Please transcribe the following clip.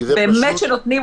באמת שנותנים,